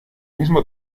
mismo